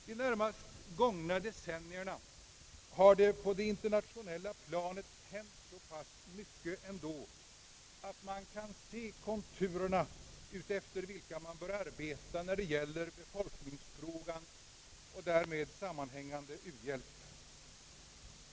De närmast gångna decennierna har det på det internationeila planet hänt så pass mycket att man kan se de konturer efter vilka man bör arbeta när det gäller be folkningsfrågan och därmed sammanhängande u-hjälp.